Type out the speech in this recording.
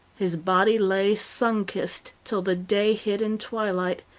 his body lay, sun-kissed, till the day hid in twilight.